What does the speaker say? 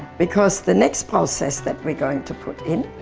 because the next process that we're going to put in,